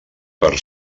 per